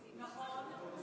נכון.